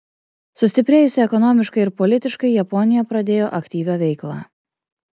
sustiprėjusi ekonomiškai ir politiškai japonija pradėjo aktyvią veiklą